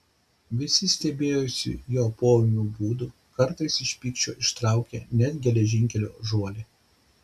visi stebėjosi jo poūmiu būdu kartą iš pykčio ištraukė net geležinkelio žuolį